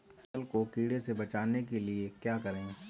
फसल को कीड़ों से बचाने के लिए क्या करें?